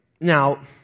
now